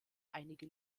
einige